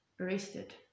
arrested